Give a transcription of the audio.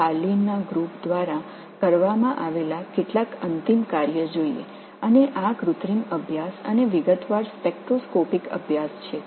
Carlin குழு செய்த சில ஆரம்ப வேலைகளைப் பார்ப்போம் இவை செயற்கை ஆய்வுகள் மற்றும் விரிவான ஸ்பெக்ட்ரோஸ்கோபிக் ஆய்வுகள்